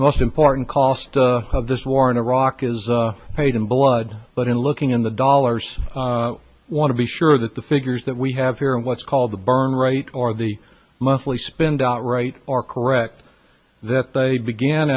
most important cost of this war in iraq is paid in blood but in looking in the dollars i want to be sure that the figures that we have here and what's called the burn rate or the monthly spend out right are correct that they began